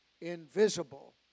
invisible